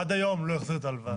עד היום הוא לא החזיר את ההלוואה.